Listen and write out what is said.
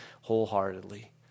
wholeheartedly